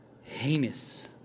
heinous